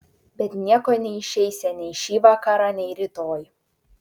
bet nieko neišeisią nei šį vakarą nei rytoj